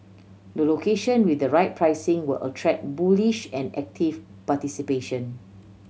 the location with the right pricing will attract bullish and active participation